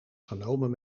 genomen